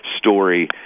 story